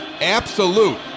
Absolute